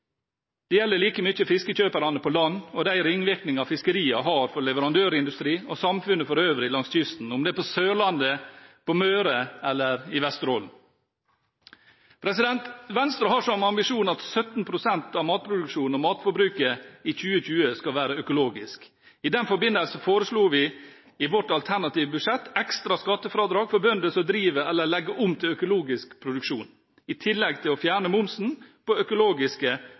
Det gjelder like mye fiskekjøperne på land og de ringvirkningene fiskeriene har for leverandørindustri og samfunnet for øvrig langs kysten, om det er på Sørlandet, på Møre eller i Vesterålen. Venstre har som ambisjon at 17 pst. av matproduksjonen og matforbruket i 2020 skal være økologisk. I den forbindelse foreslo vi i vårt alternative budsjett ekstra skattefradrag for bønder som driver eller legger om til økologisk produksjon, i tillegg til å fjerne momsen på økologiske